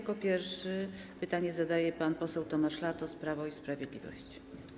Jako pierwszy pytanie zadaje pan poseł Tomasz Latos, Prawo i Sprawiedliwość.